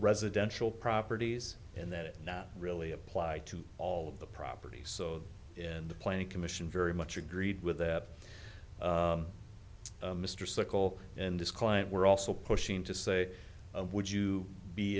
residential properties and that it really apply to all of the properties so in the planning commission very much agreed with that mr circle and his client were also pushing to say would you be